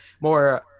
more